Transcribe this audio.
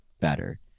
better